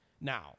Now